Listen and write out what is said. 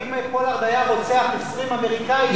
אם פולארד היה רוצח 20 אמריקנים,